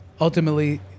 Ultimately